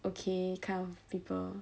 okay kind of people